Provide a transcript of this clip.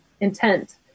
intent